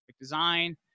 design